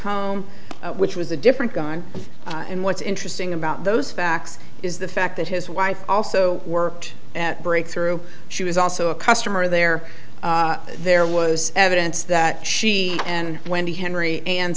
home which was a different gun and what's interesting about those facts is the fact that his wife also worked at breakthrough she was also a customer there there was evidence that she and wendy henry and